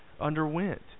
underwent